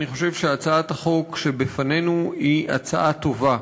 אני חושב שהצעת החוק שלפנינו היא הצעה טובה.